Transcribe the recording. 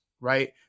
right